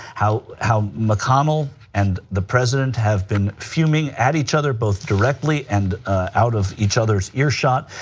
how how mcconnell and the president have been fuming at each other both directly and out of each other's your shot,